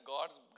God's